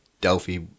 Delphi